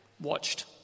watched